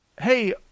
Hey